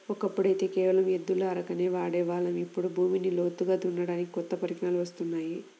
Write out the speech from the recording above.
ఒకప్పుడైతే కేవలం ఎద్దుల అరకనే వాడే వాళ్ళం, ఇప్పుడు భూమిని లోతుగా దున్నడానికి కొత్త పరికరాలు వత్తున్నాయి